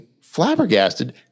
flabbergasted